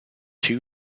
two